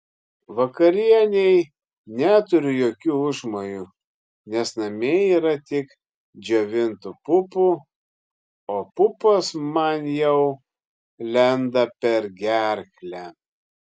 vakarienei neturiu jokių užmojų nes namie yra tik džiovintų pupų o pupos man jau lenda per gerklę